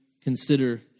consider